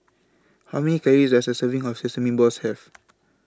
How Many Calories Does A Serving of Sesame Balls Have